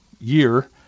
year